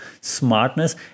smartness